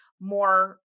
more